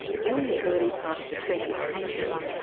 during the early part of the twentieth century,